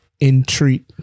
entreat